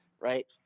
right